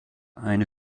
eine